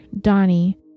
Donnie